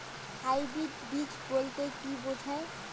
Hybrid বীজ বলতে কী বোঝায়?